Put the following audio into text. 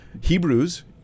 Hebrews